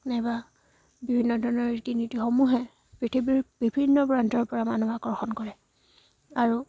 নাইবা বিভিন্ন ধৰণৰ ৰীতি নীতিসমূহে পৃথিৱীৰ বিভিন্ন প্ৰান্তৰ পৰা মানুহ আকৰ্ষণ কৰে আৰু